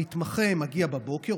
המתמחה מגיע בבוקר,